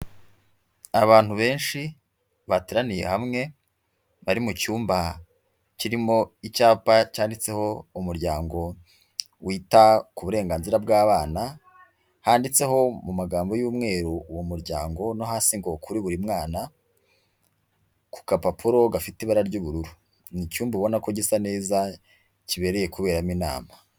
Abantu benshi bateraniye hamwe bari mu cyumba kirimo icyapa cyanditseho umuryango wita ku burenganzira bw'abana, handitseho mu magambo y'umweru uwo muryango no hasi ngo kuri buri mwana ku gapapuro gafite ibara ry'ubururu, ni icyumba ubona ko gisa neza kibereye kuberamo inama.